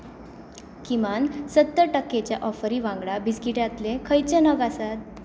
किमान सत्तर टक्केच्या ऑफरी वांगडा बिस्किट्यांतले खंयचे नग आसात